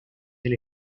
del